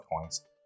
points